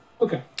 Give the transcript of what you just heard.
Okay